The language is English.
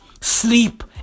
Sleep